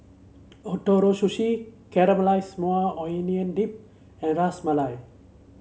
Ootoro Sushi Caramelized Maui Onion Dip and Ras Malai